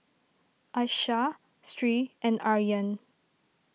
Aishah Sri and Aryan